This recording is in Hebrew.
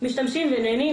משתמשים ונהנים,